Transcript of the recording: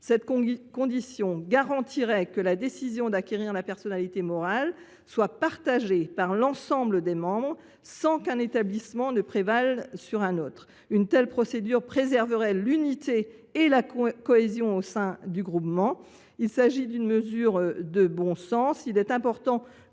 Cette condition garantit que la décision d’obtenir la personnalité morale soit partagée par l’ensemble des membres sans prédominance de l’établissement support. Une telle procédure préserverait l’unité et la cohésion au sein du groupement. Il s’agit d’une mesure de bon sens. Il est important que